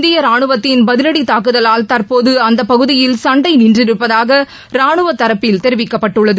இந்திய ரானுவத்தின் பதிவடி தாக்குதவால் தற்போது அந்தப் பகுதியில் சண்டை நின்றிருப்பதாக ரானுவத் தரப்பில் தெரிவிக்கப்பட்டுள்ளது